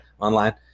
online